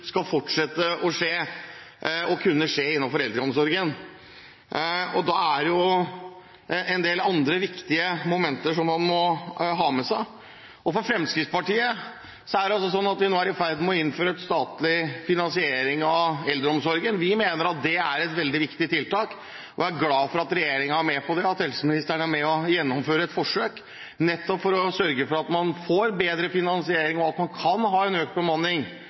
skal fortsette å skje eller skal kunne skje. Da er det en del andre viktige momenter som man må ha med seg. For Fremskrittspartiet handler det om at vi nå er i ferd med å innføre en statlig finansiering av eldreomsorgen. Vi mener at det er et veldig viktig tiltak. Vi er glad for at regjeringen er med på det, og at helseministeren er med og gjennomfører et forsøk, nettopp for å sørge for at man får bedre finansiering, at man kan ha økt bemanning,